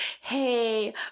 Hey